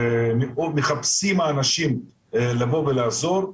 או שהאנשים מחפשים לבוא ולעזור.